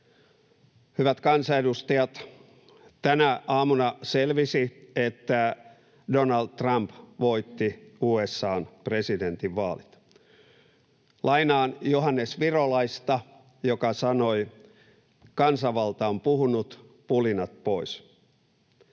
Hyvät kansanedustajat, tänä aamuna selvisi, että Donald Trump voitti USA:n presidentinvaalit. Lainaan Johannes Virolaista, joka sanoi: ”Kansanvalta on puhunut, pulinat pois.”